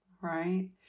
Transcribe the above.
right